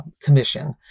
commission